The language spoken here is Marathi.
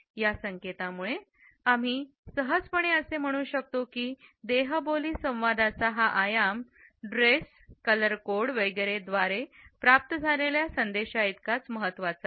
या संकेतांमुळे आम्ही सहजपणे असे म्हणू शकतो की देहबोली संवादाचा हा आयाम ड्रेस कलर कोड वगैरे द्वारे प्राप्त झालेल्या संदेशांइतकेच महत्वाचे आहे